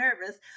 nervous